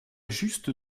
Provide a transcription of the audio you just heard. juste